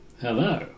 Hello